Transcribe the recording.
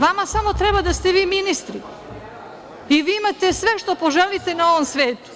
Vama samo treba da ste vi ministri i imate sve što poželite na ovom svetu.